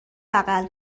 بغل